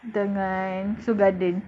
dengan Seoul Garden